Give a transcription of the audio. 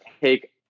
take